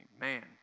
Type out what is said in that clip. Man